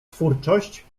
twórczość